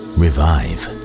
revive